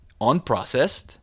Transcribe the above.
unprocessed